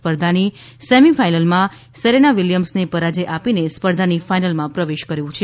સ્પર્ધાની સેમિફાઈનલમાં સેરેના વિલિયમ્સને પરાજય આપીને સ્પર્ધાની ફાઈનલમાં પ્રવેશ કર્યો છે